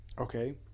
okay